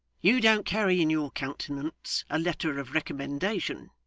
you don't carry in your countenance a letter of recommendation